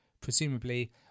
presumably